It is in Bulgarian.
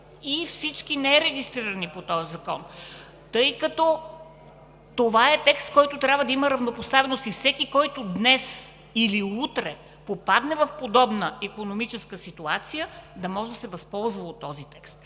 и нерегистрирани по този закон. Абсолютно всички! Тъй като това е текст, който трябва да има равнопоставеност, и всеки, който днес или утре попадне в подобна икономическа ситуация, да може да се възползва от този текст.